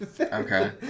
Okay